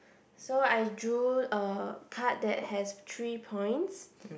so I drew a card that has three points